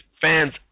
fans